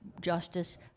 justice